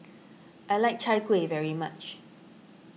I like Chai Kuih very much